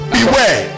Beware